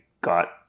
got